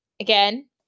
again